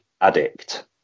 addict